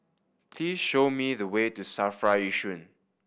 please show me the way to SAFRA Yishun